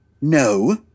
No